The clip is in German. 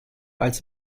als